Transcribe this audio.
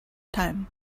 time